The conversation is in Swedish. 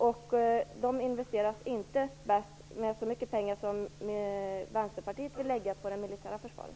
Den bästa investeringen är inte att lägga så mycket pengar som Vänsterpartiet vill på det militära försvaret.